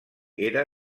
era